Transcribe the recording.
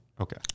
Okay